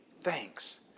thanks